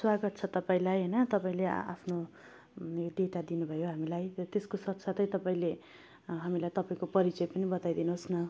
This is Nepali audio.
स्वागत छ तपाईँलाई होइन तपाईँले आफ्नो नेतृत्व दिनुभयो हामीलाई र त्यसको साथसाथै तपाईँले हामीलाई तपाईँको परिचय पनि बताइदिनु होस् न